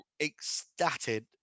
ecstatic